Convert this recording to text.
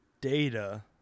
data